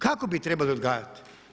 Kako bi trebali odgajati?